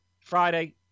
Friday